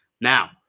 Now